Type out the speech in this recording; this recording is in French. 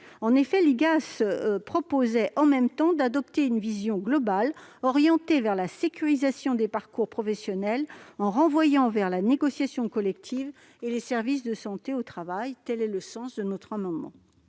En effet, l'IGAS proposait en même temps d'adopter une vision globale orientée vers la sécurisation des parcours professionnels en renvoyant vers la négociation collective et les services de santé au travail. Tel est l'objet de notre amendement.